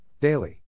daily